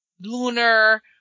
lunar